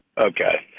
Okay